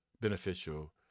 beneficial